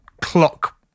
clock